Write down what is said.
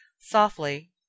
Softly